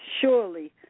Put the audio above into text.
Surely